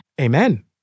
Amen